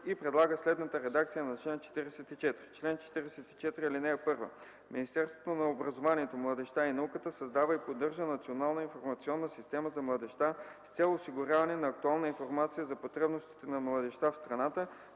и предлага следната редакция на чл. 44: „Чл. 44. (1) Министерството на образованието, младежта и науката създава и поддържа Национална информационна система за младежта (НИСМ) с цел осигуряване на актуална информация за потребностите на младежта в страната,